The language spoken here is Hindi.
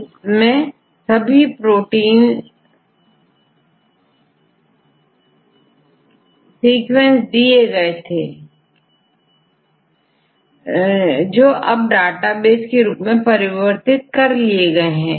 जिनमें सभी प्रोटीन सीक्वेंस दिए गए थे जो अब डेटाबेस के रूप में परिवर्तित कर लिए गए हैं